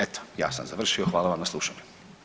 Eto, ja sam završio, hvala vam na slušanju.